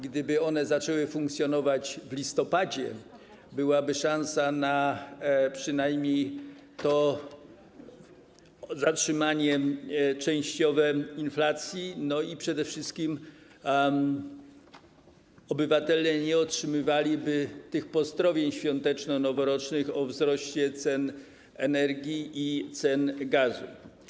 Gdyby one zaczęły funkcjonować w listopadzie, byłaby szansa na przynajmniej częściowe zatrzymanie inflacji i przede wszystkim obywatele nie otrzymywaliby pozdrowień świąteczno-noworocznych o wzroście cen energii i cen gazu.